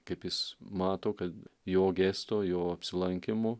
kaip jis mato kad jo gesto jo apsilankymų